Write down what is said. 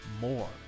more